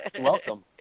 welcome